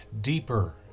deeper